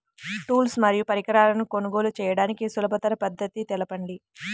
Tools మరియు పరికరాలను కొనుగోలు చేయడానికి సులభ పద్దతి తెలపండి?